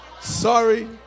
sorry